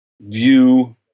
view